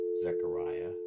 Zechariah